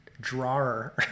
drawer